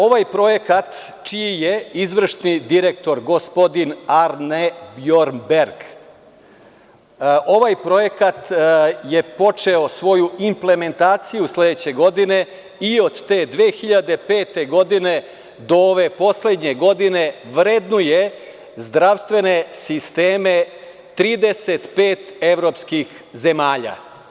Ovaj projekat, čiji je izvršni direktor gospodin Arne Bjornberg, ovaj projekat je počeo svoju implementaciju sledeće godine, i od te 2005. godine do ove poslednje godine vrednuje zdravstvene sisteme 35 evropskih zemalja.